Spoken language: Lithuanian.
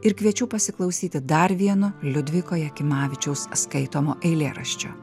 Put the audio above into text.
ir kviečiu pasiklausyti dar vieno liudviko jakimavičiaus skaitomo eilėraščio